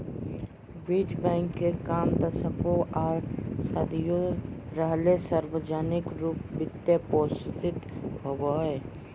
बीज बैंक के काम दशकों आर सदियों रहले सार्वजनिक रूप वित्त पोषित होबे हइ